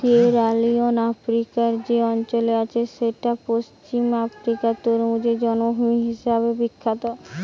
Sierra Leone আফ্রিকার যে অঞ্চলে আছে সেইটা পশ্চিম আফ্রিকার তরমুজের জন্মভূমি হিসাবে বিখ্যাত